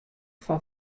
fan